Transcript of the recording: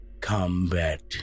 combat